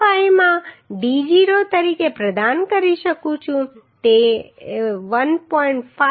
5 માં d0 તરીકે પ્રદાન કરી શકું છું જેથી તે 1